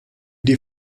die